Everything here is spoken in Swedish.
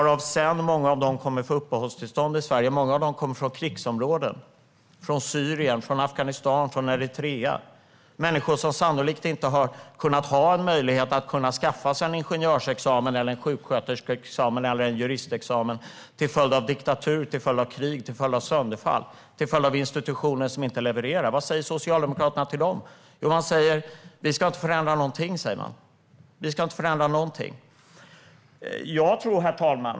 Många av dem kommer sedan att få uppehållstillstånd. Många av dem kommer från krigsområden - från Syrien, från Afghanistan, från Eritrea. Det är människor som sannolikt inte har haft möjlighet att skaffa sig en ingenjörsexamen, en sjuksköterskeexamen eller en juristexamen till följd av diktatur, krig och sönderfall, till följd av institutioner som inte levererar. Vad säger Socialdemokraterna till dem? Jo, man säger: Vi ska inte förändra någonting. Herr talman!